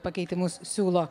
pakeitimus siūlo